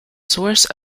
source